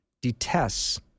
detests